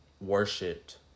worshipped